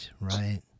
Right